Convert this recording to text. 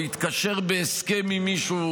או התקשר בהסכם עם מישהו,